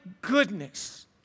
goodness